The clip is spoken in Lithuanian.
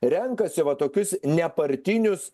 renkasi va tokius nepartinius